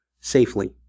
safely